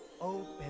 open